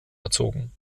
erzogen